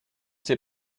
sait